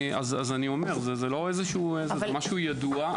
אז משהו ידוע,